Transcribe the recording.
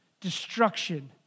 destruction